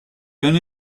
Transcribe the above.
been